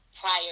prior